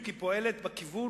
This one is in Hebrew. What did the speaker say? היא פועלת בדיוק בכיוון.